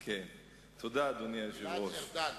תודה, אדוני היושב-ראש.